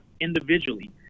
individually